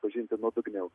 pažinti nuodugniau